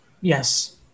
Yes